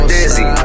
Dizzy